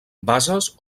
bases